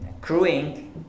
crewing